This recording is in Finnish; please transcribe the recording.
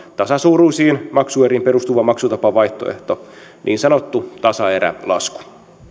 tasasuuruisiin maksueriin perustuva maksutapavaihtoehto niin sanottu tasaerälasku